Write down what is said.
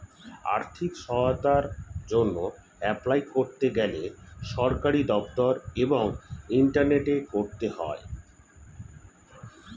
আর্থিক সহায়তার জন্যে এপলাই করতে গেলে সরকারি দপ্তর এবং ইন্টারনেটে করতে হয়